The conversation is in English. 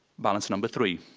balance number three,